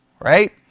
Right